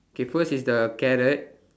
okay first is the carrot